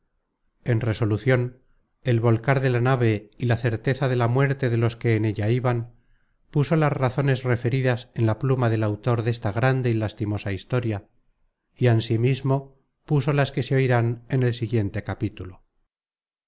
en resolucion el volcar de la nave y la certeza de la muerte de los que en ella iban puso las razones referidas en la pluma del autor desta grande y lastimosa historia y ansimismo puso las que se oirán en el siguiente capítulo